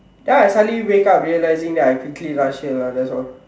then I suddenly wake up realising that I quickly rush here lah that's all